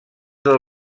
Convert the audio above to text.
del